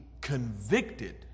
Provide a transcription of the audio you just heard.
convicted